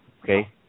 okay